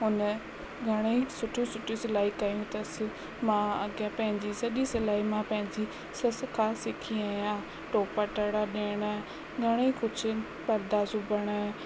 उन घणेई सुठियूं सुठियूं सिलाई कयूं अथसि मां अॻिया पंहिंजी सॼी सिलाई मां पंहिंजी ससु खां सिखी आहियां टोप टड़ा ॾियण घणेई कुझु परदा सिबण